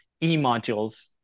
e-modules